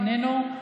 איננו,